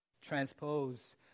transpose